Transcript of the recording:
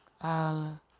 Al